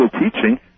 teaching